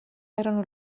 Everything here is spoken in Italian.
erano